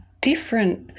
different